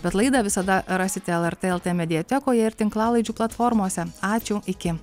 bet laidą visada rasite lrt lt mediatekoje ir tinklalaidžių platformose ačiū iki